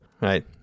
right